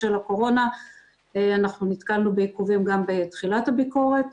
בשל הקורונה אנחנו נתקלנו בעיכובים גם בתחילת הביקורת